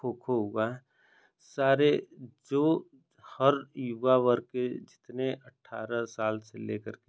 खोखो हुआ सारे जो हर युवा वर्ग के जितने अठारह साल से लेकर के